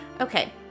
Okay